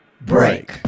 break